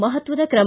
ಮಹತ್ವದ ಕ್ರಮ